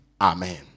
Amen